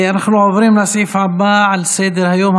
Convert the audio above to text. אנחנו עוברים לסעיף הבא על סדר-היום,